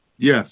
Yes